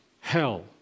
hell